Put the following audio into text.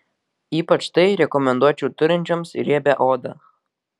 ypač tai rekomenduočiau turinčioms riebią odą